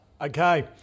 Okay